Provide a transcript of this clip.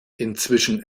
inzwischen